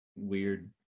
weird